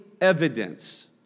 evidence